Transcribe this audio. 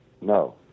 No